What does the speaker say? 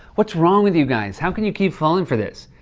what's wrong with you guys? how can you keep falling for this?